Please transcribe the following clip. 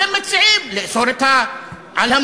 אתם מציעים לאסור על המואזין,